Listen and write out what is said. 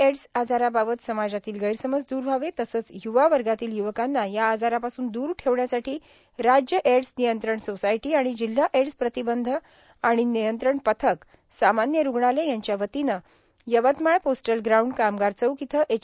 AIDS आजाराबाबत समाजातील गैरसमज दूर व्हावं तसंच य्वा वर्गातील य्वकांना या आजारापासून दूर ठेवण्यासाठी राज्य एड्स नियंत्रण सोसायटी आणि जिल्हा एड्स प्रतिबंध आणि नियंत्रण पथक सामान्य रुग्णालय यांच्या वतीनं यवतमाळ पोस्टल ग्राऊंड कामगार चौक इथं एच